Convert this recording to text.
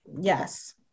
yes